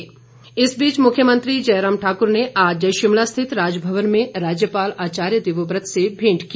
मेंट इस बीच मुख्यमंत्री जयराम ठाकुर ने आज शिमला स्थित राजभवन में राज्यपाल आचार्य देवव्रत से भेंट की